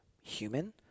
human